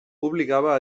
obligava